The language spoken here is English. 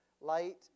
light